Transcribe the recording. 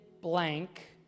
blank